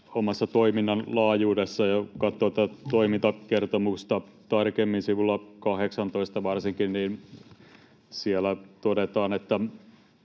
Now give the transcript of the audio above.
oman toimintansa laajuudessa. Kun katsoo tätä toimintakertomusta tarkemmin, sivua 18 varsinkin, niin siellä todetaan, että